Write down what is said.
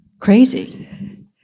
Crazy